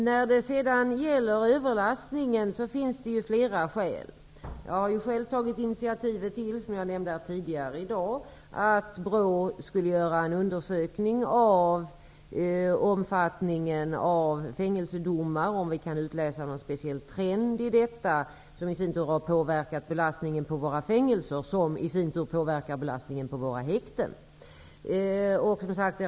Det finns flera skäl till överbelastningen. Jag har själv tagit initiativ, som jag nämnde tidigare, för att BRÅ skulle göra en undersökning av omfattningen av fängelsedomar, om det kan utläsas någon speciell trend, som i sin tur har påverkat belastningen på fängelserna och som vidare påverkar belastningen på häktena. BRÅ:s rapport kom i går.